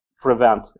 prevent